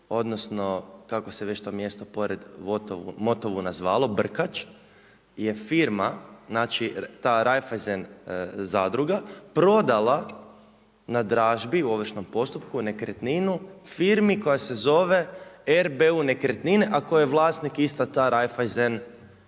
odnosno kako se to mjesto pored Motovuna zvalo Brkač je firma ta Raiffeisen zadruga prodala na dražbi u ovršnom postupku nekretninu firmi koja se zove R.B.U. Nekretnine, a koja je vlasnik ista ta Raiffeisen zadruga.